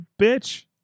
bitch